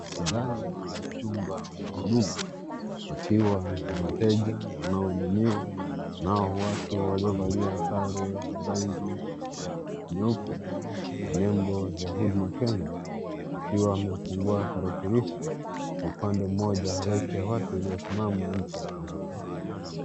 Ndani ya chumba cha huduma pakiwa na wateja wanao hudumiwa nao watu waliovalia sare za nyeupe na nembo ya huduma kenya wakiwa wamefungua talakilishi kwa upande mmoja halaiki ya watu iliyosimama nje ya kaota.